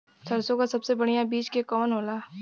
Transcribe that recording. सरसों क सबसे बढ़िया बिज के कवन होला?